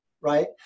Right